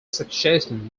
succession